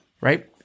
right